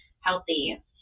healthy